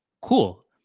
cool